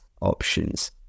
options